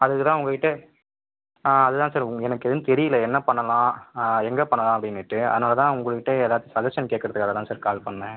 அதுக்கு தான் உங்கக்கிட்டே ஆ அதுதான் சார் எனக்கு எதுவும் தெரியலை என்ன பண்ணலாம் எங்கே பண்ணலாம் அப்படினுட்டு அதனால் தான் உங்கள்ட்ட ஏதாச்சும் சஜஷன் கேக்கிறதுக்காக தான் சார் கால் பண்ணேன்